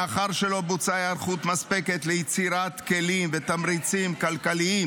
מאחר שלא בוצעה היערכות מספקת ליצירת כלים ותמריצים כלכליים